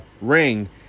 ring